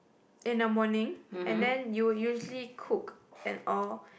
in the morning and then you you usually cook and all